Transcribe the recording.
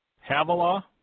Havilah